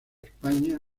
españa